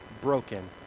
broken